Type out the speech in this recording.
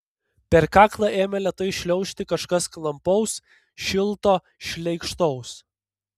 per kaklą ėmė lėtai šliaužti kažkas klampaus šilto šleikštaus